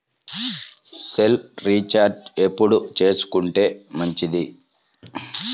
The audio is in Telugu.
సెల్ రీఛార్జి ఎప్పుడు చేసుకొంటే మంచిది?